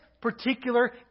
particular